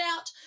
out